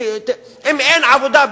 אם אין עבודה,